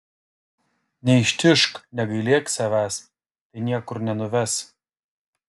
neištižk negailėk savęs tai niekur nenuves